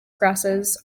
grasses